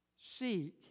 Seek